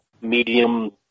medium